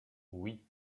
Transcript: oui